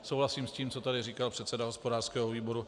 Souhlasím s tím, co tady říkal předseda hospodářského výboru.